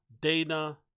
Dana